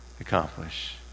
accomplish